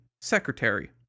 secretary